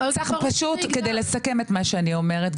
כדי לסכם את מה שאני אומרת,